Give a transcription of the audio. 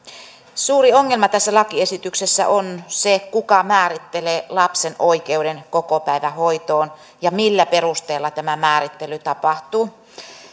suuri ongelma tässä lakiesityksessä on se kuka määrittelee lapsen oikeuden kokopäivähoitoon ja millä perusteella tämä määrittely tapahtuu